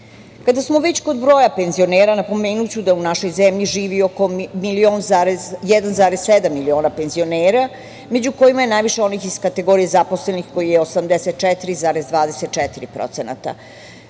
smo već kod broja penzionera, napomenuću da u našoj zemlji živi oko 1,7 miliona penzionera, među kojima je najviše onih iz kategorije zaposlenih koji je 84,24%, zatim